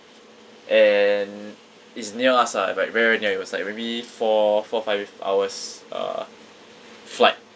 and it's near us ah like very very near it was like maybe four four five hours uh flight